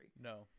No